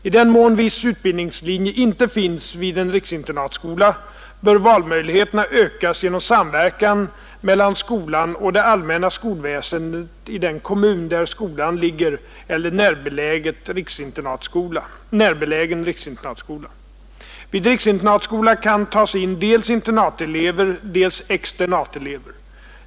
I den mån viss utbildningslinje inte finns vid en riksinternatskola, bör valmöjligheterna ökas genom samverkan mellan skolan och det allmänna skolväsendet i den kommun där skolan ligger eller närbelägen riksinternatskola. Vid riksinternatskola kan tas in dels internatelever, dels externatelever.